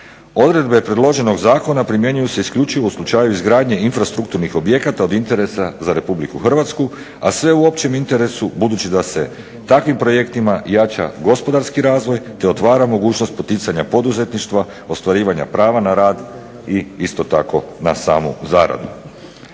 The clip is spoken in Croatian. Odredbe predloženog zakona primjenjuju se isključivo u slučaju izgradnje infrastrukturnih objekata od interesa za Republiku Hrvatsku, a sve u općem interesu budući da se takvim projektima jača gospodarski razvoj, te otvara mogućnost poticanja poduzetništva, ostvarivanja prava na rad i isto tako na samu zaradu.